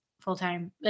full-time